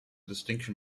distinction